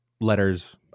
letters